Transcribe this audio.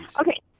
Okay